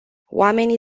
oamenii